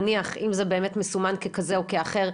נניח אם זה באמת מסומן ככזה או כאחר,